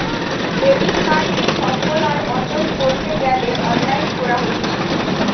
debit কার্ডকে সচল আর অচল কোরতে গ্যালে অনলাইন কোরা হচ্ছে